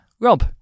Rob